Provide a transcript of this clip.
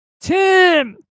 Tim